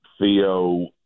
Theo